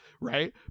Right